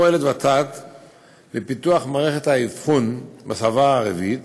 פועלת ות"ת לפיתוח מערכת האבחון בשפה הערבית.